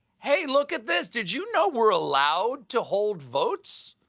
hey, look at this! did you know we're allowed to hold votes?